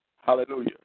hallelujah